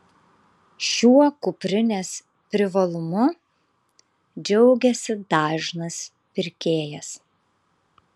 šiuo kuprinės privalumu džiaugiasi dažnas pirkėjas